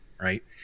Right